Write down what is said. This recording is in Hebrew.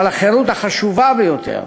אבל החירות החשובה ביותר